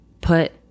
put